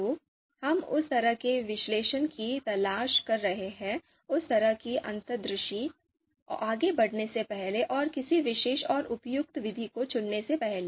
तो हम उस तरह के विश्लेषण की तलाश कर रहे हैं उस तरह की अंतर्दृष्टि आगे बढ़ने से पहले और किसी विशेष और उपयुक्त विधि को चुनने से पहले